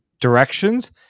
directions